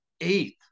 eighth